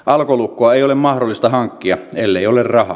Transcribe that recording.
alkolukkoa ei ole mahdollista hankkia ellei ole rahaa